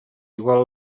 igual